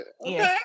okay